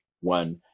one